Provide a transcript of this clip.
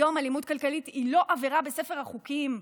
היום אלימות כלכלית היא לא עבירה בספר החוקים,